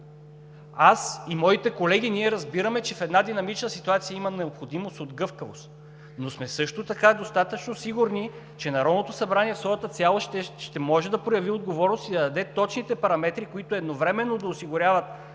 Аз и моите колеги разбираме, че в една динамична ситуация има необходимост от гъвкавост, но сме също така достатъчно сигурни, че Народното събрание в своята цялост ще може да прояви отговорност и да даде точните параметри, които едновременно да осигуряват